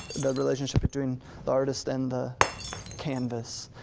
the relationship between the artist and the canvas.